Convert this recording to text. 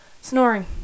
snoring